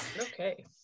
okay